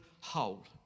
whole